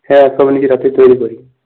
হ্যাঁ সব নিজের হাতে তৈরি করি